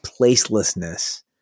placelessness